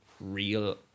real